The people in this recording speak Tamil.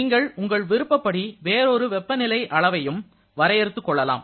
நீங்கள் உங்கள் விருப்பப்படி வேறொரு வெப்பநிலை அளவையும் வரையறுத்துக் கொள்ளலாம்